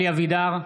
אלי אבידר,